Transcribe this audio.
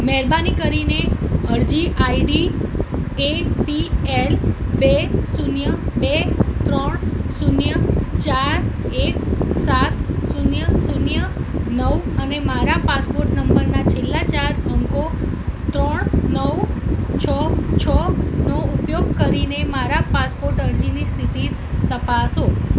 મહેરબાની કરીને અરજી આઇડી એપીએલ બે શૂન્ય બે ત્રણ શૂન્ય ચાર એક સાત શૂન્ય શૂન્ય નવ અને મારા પાસપોર્ટ નંબરના છેલ્લા ચાર અંકો ત્રણ નવ છ છનો ઉપયોગ કરીને મારા પાસપોર્ટ અરજીની સ્થિતિ તપાસો